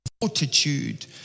fortitude